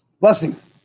Blessings